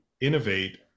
innovate